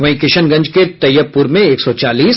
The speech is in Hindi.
वहीं किशनगंज के तैयबपुर में एक सौ चालीस